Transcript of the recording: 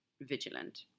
vigilant